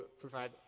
provide